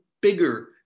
bigger